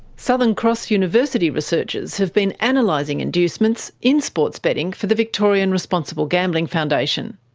southern cross university researchers have been analysing inducements in sports betting for the victorian responsible gambling foundation.